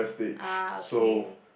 ah okay